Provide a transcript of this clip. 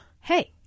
hey